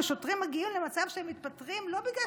ושוטרים מגיעים למצב שהם מתפטרים לא בגלל